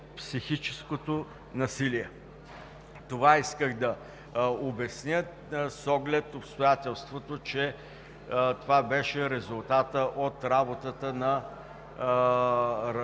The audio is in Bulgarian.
психическото насилие. Това исках да обясня с оглед обстоятелството, че това беше резултатът от работата на